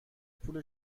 پول